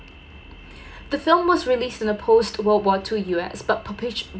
the film was released in a post world war two U_S but perpec~